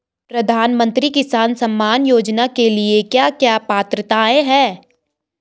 प्रधानमंत्री किसान सम्मान योजना के लिए क्या क्या पात्रताऐं हैं?